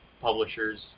publishers